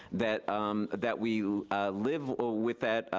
that um that we live ah with that